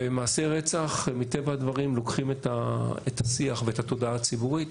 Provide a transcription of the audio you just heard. ומעשי רצח מטבע הדברים לוקחים את השיח ואת התודעה הציבורית